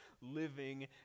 living